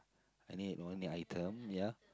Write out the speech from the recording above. I need only item ya